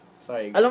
Sorry